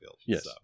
Yes